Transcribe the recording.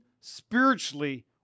spiritually